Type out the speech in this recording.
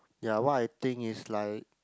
ya what I think is like